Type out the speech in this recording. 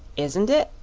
isn't it?